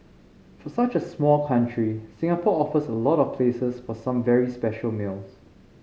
for such a small country Singapore offers a lot of places for some very special meals